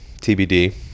TBD